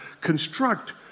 construct